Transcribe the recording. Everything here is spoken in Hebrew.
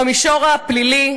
במישור הפלילי,